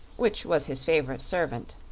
which was his favorite servant,